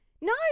No